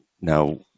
Now